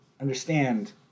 understand